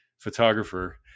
photographer